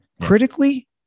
Critically